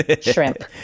Shrimp